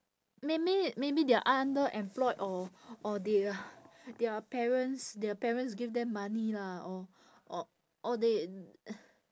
maybe maybe they are underemployed or or their their parents their parents give them money lah or or or they